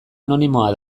anonimoa